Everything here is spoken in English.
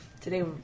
today